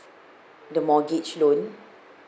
the mortgage loan